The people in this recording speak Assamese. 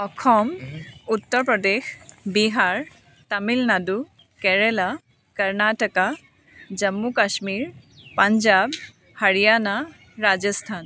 অসম উত্তৰ প্ৰদেশ বিহাৰ তামিলনাডু কেৰেলা কৰ্ণাটক জম্মু কাশ্মীৰ পাঞ্জাৱ হাৰিয়ানা ৰাজাস্থান